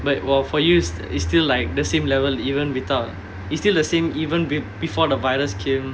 but while for you still it's still like the same level even without it's still the same even be~ before the virus came